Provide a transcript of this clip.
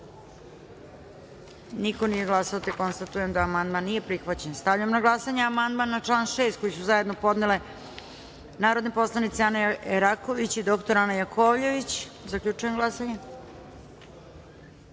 glasanje: za - niko. Konstatujem da amandman nije prihvaćen. Stavljam na glasanje amandman na član 6. koji su zajedno podnele narodne poslanice Ana Eraković i dr Ana Jakovljević. Zaključujem glasanje: